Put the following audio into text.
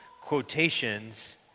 quotations